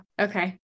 Okay